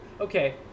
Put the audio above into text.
okay